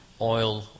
oil